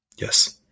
Yes